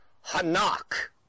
Hanak